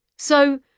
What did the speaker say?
So